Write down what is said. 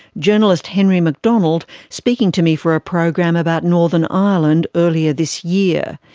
journalist henry mcdonald speaking to me for a program about northern ireland earlier this year.